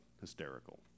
hysterical